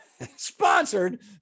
Sponsored